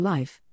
Life